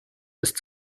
ist